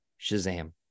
Shazam